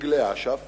דגלי אש"ף